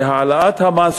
שהעלאת המס,